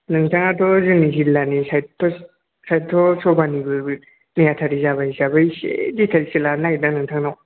नोंथाङाथ' जोंनि जिल्लानि साहित्य' सभानिबो नेहाथारि जाबाय हिसाबै एसे दिटेल्ससो लानो नागिरदों नोंथांनाव